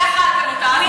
בבקשה, בבקשה.